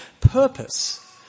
purpose